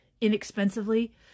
inexpensively